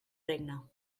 regne